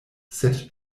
sed